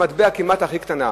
המטבע כמעט הכי קטן,